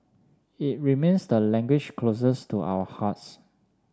it remains the language closest to our hearts